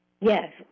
Yes